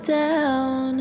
down